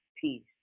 Peace